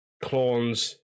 clones